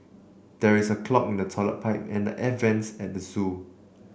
there is a clog in the toilet pipe and the air vents at zoo